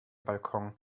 balkon